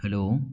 hello